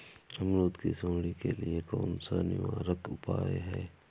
अमरूद की सुंडी के लिए कौन सा निवारक उपाय है?